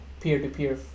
peer-to-peer